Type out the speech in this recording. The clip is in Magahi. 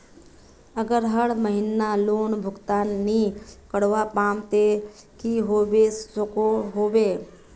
अगर हर महीना लोन भुगतान नी करवा पाम ते की होबे सकोहो होबे?